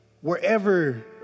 wherever